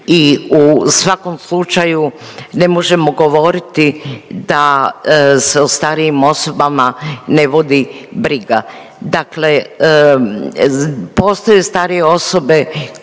i u svakom slučaju ne možemo govoriti da se o starijim osobama ne vodi briga. Dakle, postoje starije osobe